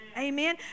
Amen